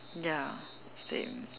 ya same